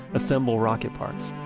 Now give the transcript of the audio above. assemble rocket parts.